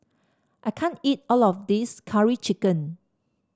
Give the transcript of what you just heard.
I can't eat all of this Curry Chicken